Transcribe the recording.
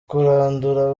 kurandura